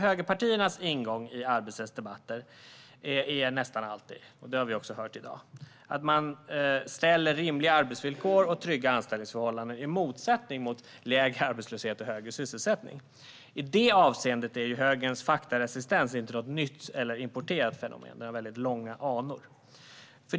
Högerpartiernas ingång i arbetsrättsdebatter är nästan alltid - vilket vi också har hört i dag - att man ställer rimliga arbetsvillkor och trygga anställningsförhållanden i motsättning till lägre arbetslöshet och högre sysselsättning. I det avseendet är högerns faktaresistens inte något nytt eller importerat fenomen, utan det har väldigt gamla anor.